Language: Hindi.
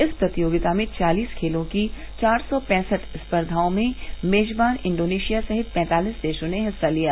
इस प्रतियोगिता में चालीस खेलों की चार सौ पैंसठ स्पर्धाओं में मेजबान इंडोनेशिया सहित पैंतालिस देशों ने हिस्सा लिया